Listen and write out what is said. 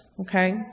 okay